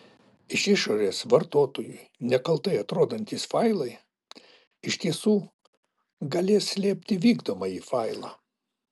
iš išorės vartotojui nekaltai atrodantys failai iš tiesų galės slėpti vykdomąjį failą